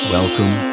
Welcome